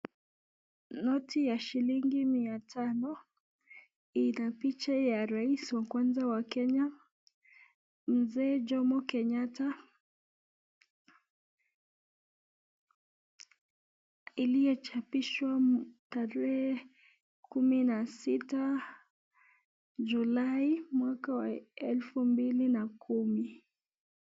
Noti ya shilingi mia tano ina picha ya rais wa kwanza wa kenya Mzee jomo Kenyatta iliyochapishwa tarehe kumi na sita Julai mwaka wa elfu mbili na kumi.